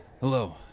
Hello